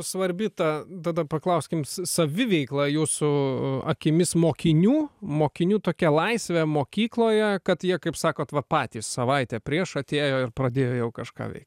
svarbi ta tada paklauskim sa saviveikla jūsų a akimis mokinių mokinių tokia laisvė mokykloje kad jie kaip sakot va patys savaitę prieš atėjo ir pradėjo jau kažką veikt